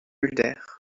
mulder